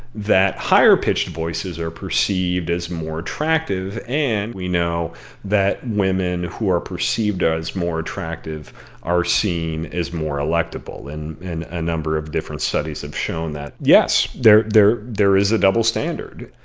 that higher pitched voices are perceived as more attractive, and we know that women who are perceived as more attractive are seen as more electable and and a number of different studies have shown that, yes, there there is a double standard.